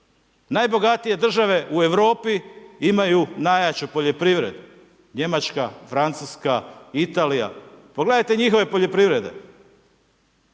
Najbogatije države u Europi imaju najjaču poljoprivredu, Njemačka, Francuska, Italija, pogledajte njihove poljoprivrede.